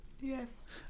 yes